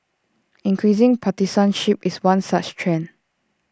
increasing partisanship is one such trend